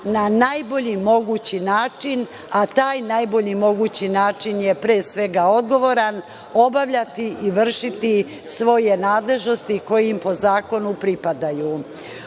na najbolji mogući način, a taj najbolji mogući način je pre svega, odgovoran, obavljati i vršiti svoje nadležnosti koje im po zakonu pripadaju. Ono